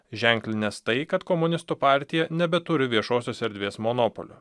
ženklinęs tai kad komunistų partija nebeturi viešosios erdvės monopolio